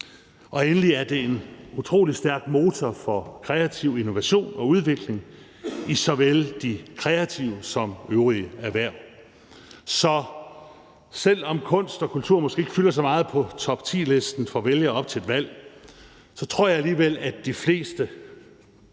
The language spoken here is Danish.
Endelig er det en utrolig stærk motor for kreativ innovation og udvikling i såvel de kreative som øvrige erhverv. Så selv om kunst og kultur måske ikke fylder så meget på toptilisten for vælgere op til et valg, tror jeg alligevel, at de fleste,